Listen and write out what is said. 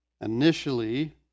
Initially